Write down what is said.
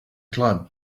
climb